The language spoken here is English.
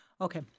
Okay